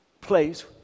place